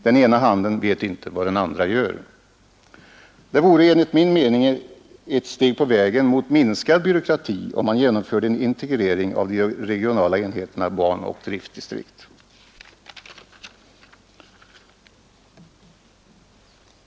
Den ena handen vet inte vad den andra gör. Det vore enligt min mening ett steg på vägen mot mindre byråkrati om man genomförde en integrering av de regionala enheterna, banoch driftdistrikt.